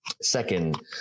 Second